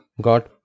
got